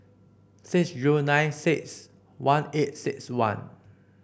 six zero nine six one eight six one